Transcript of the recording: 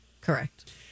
Correct